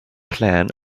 plan